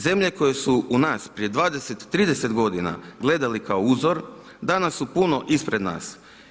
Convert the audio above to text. Zemlje koje su u nas prije 20, 30 godina gledali kao uzor, danas su puno ispred nas.